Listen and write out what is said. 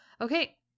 Okay